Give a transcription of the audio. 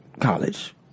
college